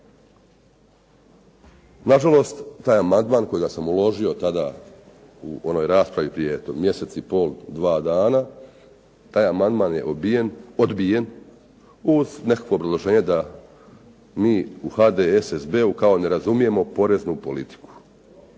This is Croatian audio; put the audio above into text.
Nažalost taj amandman kojega sam uložio tada u onoj raspravi prije eto mjesec i pol, dva dana, taj amandman je odbijen uz nekakvo obrazloženje da mi u HDSSB-u kao ne razumijemo poreznu politiku.